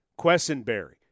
Questenberry